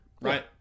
right